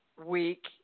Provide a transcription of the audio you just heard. week